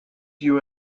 you